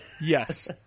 Yes